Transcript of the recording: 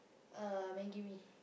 uh Maggi mee